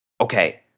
okay